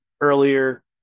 earlier